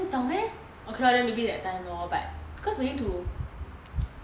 这样早 meh okay lor then maybe that time lor but cause we need to